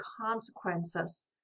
consequences